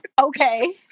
Okay